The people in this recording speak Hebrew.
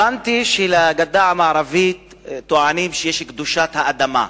הבנתי שעל הגדה המערבית טוענים שיש קדושת האדמה.